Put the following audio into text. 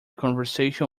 conversation